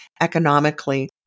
economically